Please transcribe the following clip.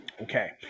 Okay